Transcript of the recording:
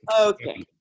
Okay